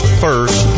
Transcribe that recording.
first